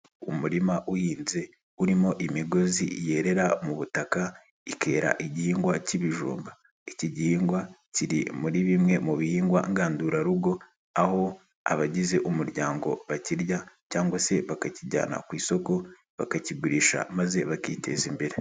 Umurima uhinze, urimo imigozi yerera mu butaka, ikera igihingwa k'ibijumba, iki gihingwa kiri muri bimwe mu bihingwa ngandurarugo, aho abagize umuryango bakirya cyangwa se bakakijyana ku isoko, bakakigurisha maze bakiteza imbere.